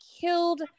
killed